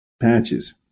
patches